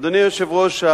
אדוני היושב-ראש,